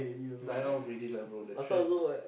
die off already lah bro the trend